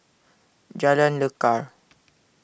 Jalan Lekar